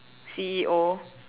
C_E_O